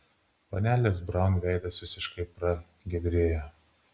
panelės braun veidas visiškai pragiedrėjo